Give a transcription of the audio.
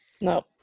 no